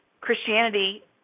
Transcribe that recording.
Christianity